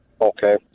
Okay